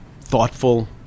thoughtful